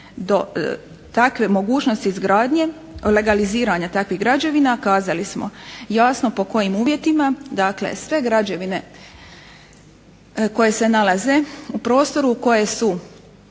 do takve mogućnosti izgradnje legaliziranja takvih građevina kazali smo jasno po kojim uvjetima. Dakle, sve građevine koje se nalaze u prostoru koje su